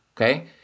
Okay